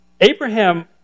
Abraham